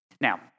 Now